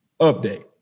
update